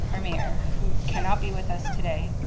our mayor, who cannot be with us today,